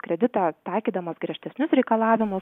kreditą taikydamas griežtesnius reikalavimus